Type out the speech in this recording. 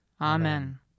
Amen